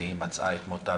ומצאה את מותה